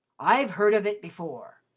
i've heard of it before.